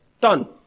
done